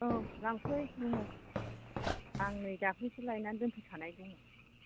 औ लांफै दङ आं नै दाख्लैसो लायनानै दोनफैखानाय दङ